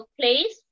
please